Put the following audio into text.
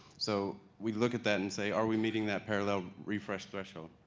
so we look at that and say, are we meeting that parallel refresh threshold?